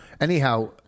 Anyhow